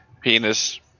Penis